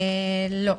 לא,